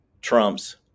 trumps